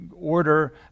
Order